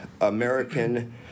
American